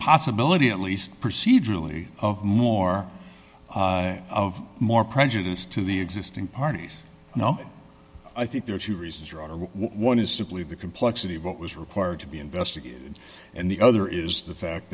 possibility at least procedurally of more of more prejudice to the existing parties now i think there are two reasons one is simply the complexity of what was required to be investigated and the other is the fact